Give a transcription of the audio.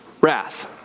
Wrath